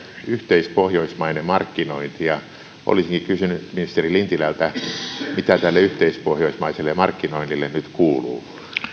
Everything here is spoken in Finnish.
yhteispohjoismainen markkinointi ja olisinkin kysynyt ministeri lintilältä mitä tälle yhteispohjoismaiselle markkinoinnille nyt kuuluu